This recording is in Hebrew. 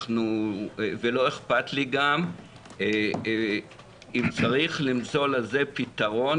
ולא אכפת לי גם אם צריך למצוא לזה פתרון